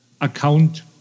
account